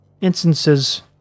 instances